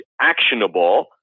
actionable